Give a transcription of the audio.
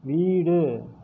வீடு